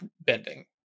bending